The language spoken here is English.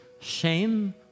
shame